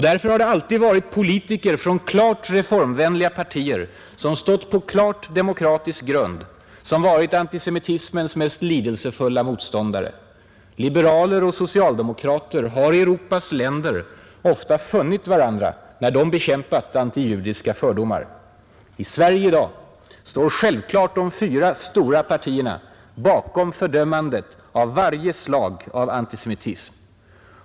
Därför har det alltid varit politiker ur klart reformvänliga partier som stått på klart demokratisk grund som varit antisemitismens mest lidelsefulla motståndare. Liberaler och socialdemokrater har i Europas länder ofta funnit varandra när de bekämpat antijudiska fördomar. I Sverige i dag står självklart de fyra stora partierna bakom fördömandet av varje slag av antisemitism.